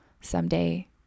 someday